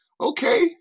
okay